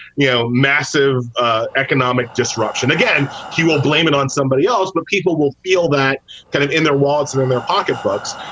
you know, massive ah economic disruption again. she will blame it on somebody else, but people will feel that kind of in their wallets and in their pocketbooks.